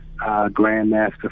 Grandmaster